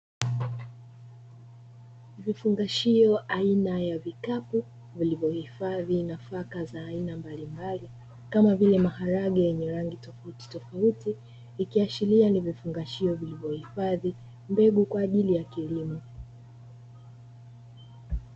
Vifungashio aina ya vikapu vilivyohifadhi nafaka za aina mbalimbali, kama vile; maharage yenye rangi tofautitofauti, ikiashiria ni vifungashio vilivyohifadhi mbegu kwa ajili ya kilimo.